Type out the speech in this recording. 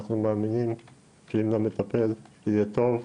אנחנו מאמינים שאם למטפל יהיה טוב,